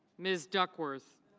ms. duckworth.